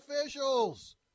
officials